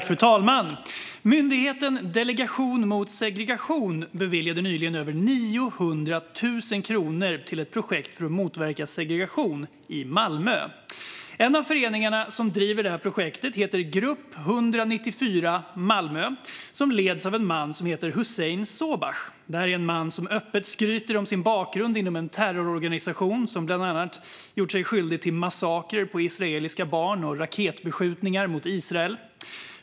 Fru talman! Myndigheten Delegationen mot segregation beviljade nyligen över 900 000 kronor till ett projekt för att motverka segregation i Malmö. En av de föreningar som driver detta projekt heter Grupp 194 Malmö och leds av en man som heter Hussein Shobash. Det är en man som öppet skryter om sin bakgrund inom en terrororganisation som bland annat har gjort sig skyldig till massakrer på israeliska barn och raketbeskjutningar mot Israel.